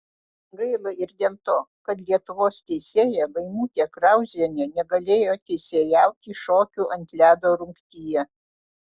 gaila ir dėl to kad lietuvos teisėja laimutė krauzienė negalėjo teisėjauti šokių ant ledo rungtyje